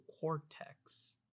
cortex